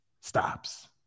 stops